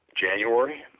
January